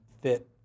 fit